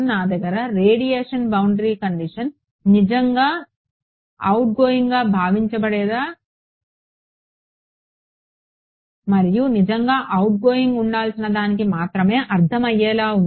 నా దగ్గర radiation boundary condition నిజంగా అవుట్గోయింగ్గా భావించబడేది మరియు నిజంగా అవుట్గోయింగ్గా ఉండాల్సిన దానికి మాత్రమే అర్థమయ్యేలా ఉంది